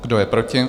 Kdo je proti?